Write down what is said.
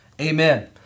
Amen